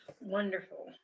Wonderful